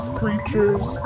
creatures